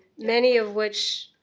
many of which